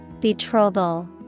Betrothal